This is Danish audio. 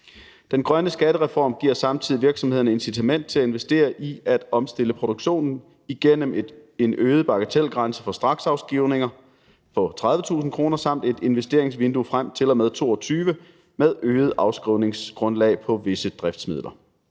Den grønne skattereform giver samtidig virksomhederne incitament til at investere i at omstille produktionen igennem en øget bagatelgrænse for straksafskrivninger på 30.000 kr. samt et investeringsvindue frem til og med 2022 med øget afskrivningsgrundlag på visse driftsmidler.